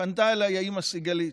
פנתה אליי האימא סיגלית.